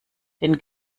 den